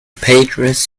padres